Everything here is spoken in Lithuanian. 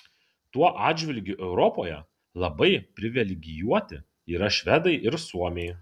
tuo atžvilgiu europoje labai privilegijuoti yra švedai ir suomiai